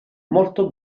molto